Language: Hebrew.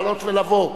לעלות ולבוא,